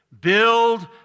Build